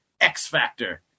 X-Factor